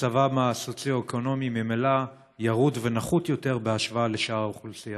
מצבם הסוציו-אקונומי ממילא ירוד ונחות יותר בהשוואה לשאר האוכלוסייה.